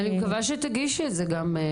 אני מקווה שתגישי את זה גם לבג"ץ.